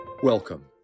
Welcome